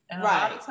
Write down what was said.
right